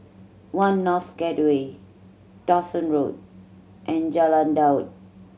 One North Gateway Dawson Road and Jalan Daud